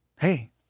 Hey